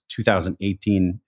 2018